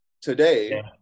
today